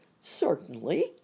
Certainly